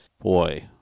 boy